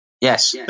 Yes